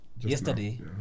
yesterday